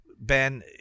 Ben